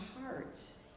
hearts